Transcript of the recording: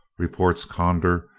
reports conder,